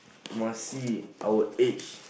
must see our age